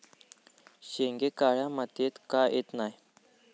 शेंगे काळ्या मातीयेत का येत नाय?